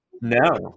No